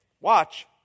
watch